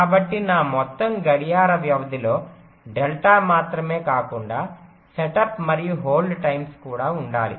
కాబట్టి నా మొత్తం గడియార వ్యవధిలో డెల్టా మాత్రమే కాకుండా సెటప్ మరియు హోల్డ్ టైమ్స్ కూడా ఉండాలి